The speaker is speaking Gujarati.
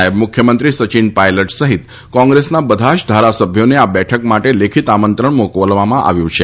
નાયબ મુખ્યમંત્રી સચીન પાયલટ સહિત કોંગ્રેસના બધા જ ધારાસભ્યોને આ બેઠક માટે લેખિત આમંત્રણ મોકલવામાં આવ્યું છે